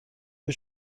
های